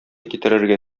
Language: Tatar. китерергә